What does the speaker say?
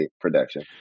production